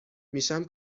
میشم